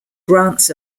grants